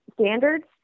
standards